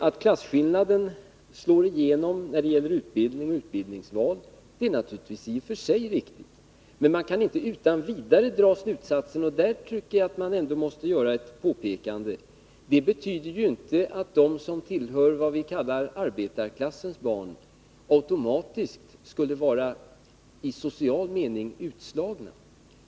Att klasskillnaden slår igenom när det gäller utbildning och yrkesval är naturligtvis i och för sig riktigt, men man kan inte utan vidare dra slutsatsen — och där tycker jag att man ändå måste göra ett påpekande — att de barn som tillhör vad vi kallar arbetarklassen automatiskt skulle vara i social mening utslagna.